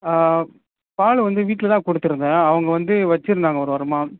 பால் வந்து வீட்டில்தான் கொடுத்துருந்தேன் அவங்க வந்து வச்சிருந்தாங்கள் ஒரு வாரமாக